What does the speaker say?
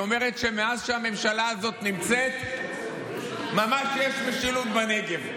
היא אומרת שמאז שהממשלה הזאת נמצאת ממש יש משילות בנגב: